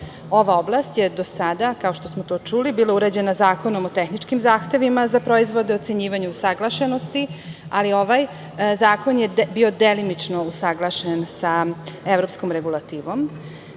oblast je do sada, kao što smo to čuli, bila uređena Zakonom o tehničkim zahtevima za proizvode, ocenjivanje usaglašenosti, ali ovaj zakon je bio delimično usaglašen sa evropskom regulativom. Nakon